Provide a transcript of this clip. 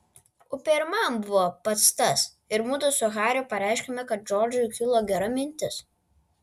upė ir man buvo pats tas ir mudu su hariu pareiškėme kad džordžui kilo gera mintis